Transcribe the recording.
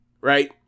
Right